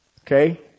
Okay